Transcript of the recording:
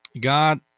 God